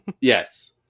Yes